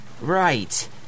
Right